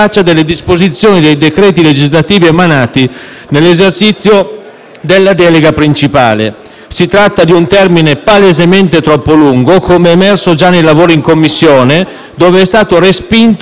nell'esercizio della delega principale. Si tratta di un termine palesemente troppo lungo, come emerso già nel lavoro in Commissione, dove è stato respinto proprio l'emendamento Caliendo, che dimezza il termine,